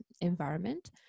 environment